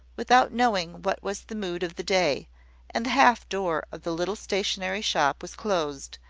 without knowing what was the mood of the day and the half-door of the little stationery shop was closed,